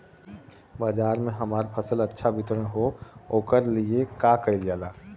बाजार में हमार फसल अच्छा वितरण हो ओकर लिए का कइलजाला?